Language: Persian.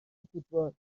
فوتبال